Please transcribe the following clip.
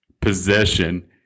Possession